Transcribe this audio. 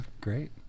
great